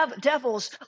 devils